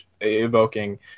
evoking